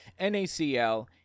NACL